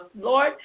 Lord